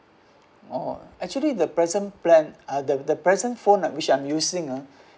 oh actually the present plan ah the the present phone uh which I'm using ah